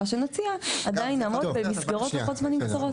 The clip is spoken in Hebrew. שנציע עדיין נעמוד במסגרות הזמנים האלה.